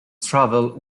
travelled